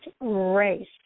race